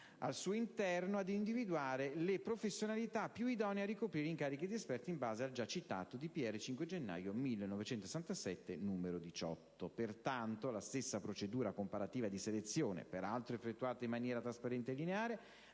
al suo interno ad individuare le professionalità più idonee a ricoprire gli incarichi di esperti, in base al già citato decreto del Presidente della Repubblica 5 gennaio 1967, n. 18. Pertanto la stessa procedura comparativa di selezione, peraltro effettuata in maniera trasparente e lineare,